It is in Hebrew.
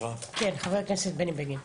כן, חבר הכנסת בני בגין.